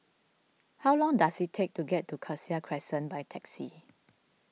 how long does it take to get to Cassia Crescent by taxi